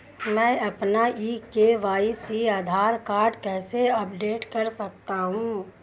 मैं अपना e KYC Aadhaar card कैसे अपडेट कर सकता हूँ?